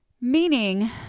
Meaning